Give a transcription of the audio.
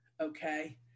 okay